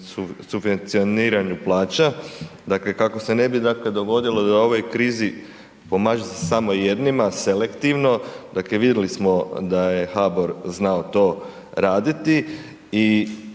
subvencioniranju plaća, dakle kako se ne bi dogodilo da u ovoj krizi pomaže se samo jednima selektivno. Vidjeli smo da je HBOR znao to raditi